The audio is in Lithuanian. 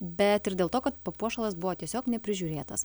bet ir dėl to kad papuošalas buvo tiesiog neprižiūrėtas